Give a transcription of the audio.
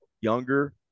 younger